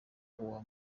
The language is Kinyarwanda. uwa